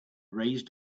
raised